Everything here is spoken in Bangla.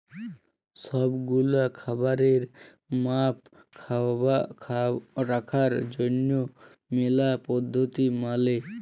সব গুলা খাবারের মাপ রাখার জনহ ম্যালা পদ্ধতি মালে